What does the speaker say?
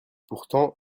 pourtant